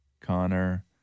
Connor